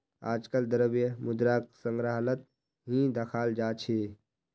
आजकल द्रव्य मुद्राक संग्रहालत ही दखाल जा छे